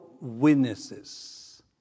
witnesses